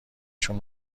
شون